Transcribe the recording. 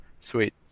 Sweet